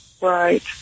Right